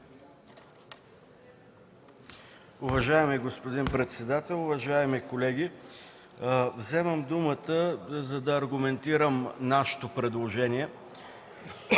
Уважаеми господин председател, уважаеми колеги! Вземам думата, за да аргументирам нашето предложение,